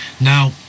Now